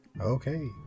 Okay